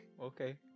Okay